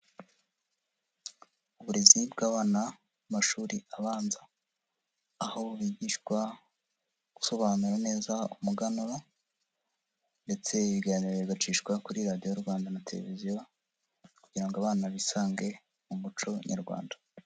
Uburezi bw'abana mu mashuri abanza, aho bigishwa gusobanura neza umuganura ndetse ibiganiro bigacishwa kuri Radiyo Rwanda na televiziyo kugira ngo abana bisange mu muco nyarwanda.